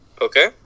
Okay